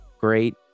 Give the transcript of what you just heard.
great